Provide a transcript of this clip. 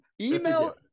email